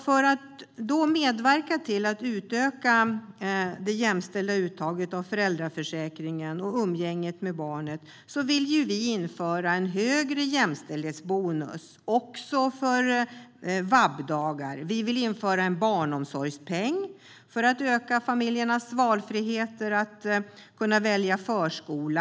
För att medverka till att utöka det jämställda uttaget av föräldraförsäkringen och umgänget med barnet vill vi införa en högre jämställdhetsbonus som gäller även för VAB-dagar. Vi vill införa en barnomsorgspeng för att öka familjernas valfrihet när det gäller att välja förskola.